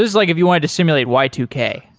like if you wanted to simulate y two k.